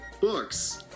books